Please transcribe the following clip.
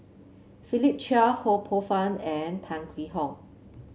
Philip Chia Ho Poh Fun and Tan Hwee Hock